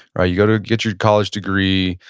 ah you go to get your college degree,